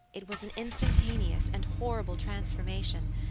it was an instantaneous and horrible transformation,